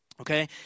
okay